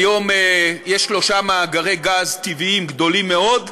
כיום יש שלושה מאגרי גז טבעיים גדולים מאוד.